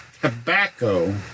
tobacco